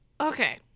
Okay